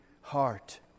heart